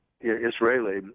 Israeli